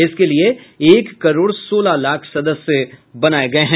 इसके लिये एक करोड़ सोलह लाख सदस्य बनाये गये हैं